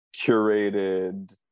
curated